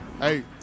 Hey